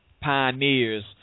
pioneers